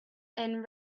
and